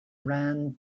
ran